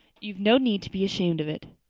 you've no need to be ashamed of it.